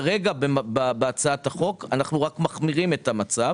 כרגע בהצעת החוק אנחנו רק מחמירים את המצב